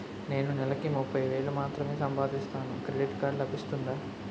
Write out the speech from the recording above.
నేను నెల కి ముప్పై వేలు మాత్రమే సంపాదిస్తాను క్రెడిట్ కార్డ్ లభిస్తుందా?